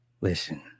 Listen